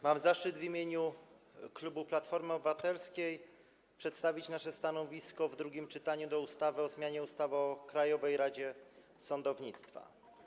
Mam zaszczyt w imieniu klubu Platforma Obywatelska przedstawić nasze stanowisko w drugim czytaniu wobec ustawy o zmianie ustawy o Krajowej Radzie Sądownictwa.